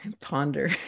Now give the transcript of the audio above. ponder